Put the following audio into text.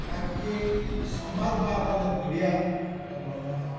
ପାଗକେ ସମ୍ବାଦ୍ ବା ଆମର ଯେନ୍ ମିଡ଼ିଆ ବା ଗଣମାଧ୍ୟମ